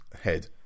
Head